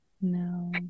no